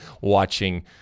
watching